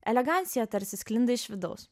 elegancija tarsi sklinda iš vidaus